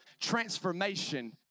transformation